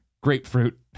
Grapefruit